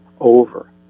over